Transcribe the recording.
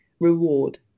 Reward